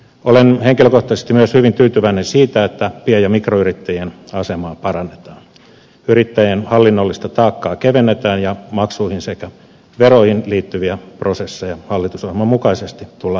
olen henkilökohtaisesti myös hyvin tyytyväinen siitä että pien ja mikroyrittäjien asemaa parannetaan yrittäjien hallinnollista taakkaa kevennetään ja maksuihin sekä veroihin liittyviä prosesseja hallitusohjelman mukaisesti tullaan tehostamaan